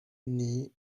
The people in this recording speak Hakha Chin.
nih